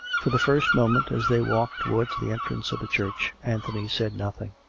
for the first moment, as they walked towards the en trance of the church, anthony said nothing.